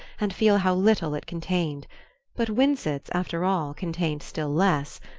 and feel how little it contained but winsett's, after all, contained still less,